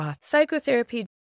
Psychotherapy